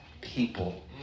people